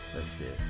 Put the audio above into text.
assist